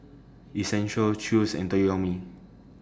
Essential Chew's and Toyomi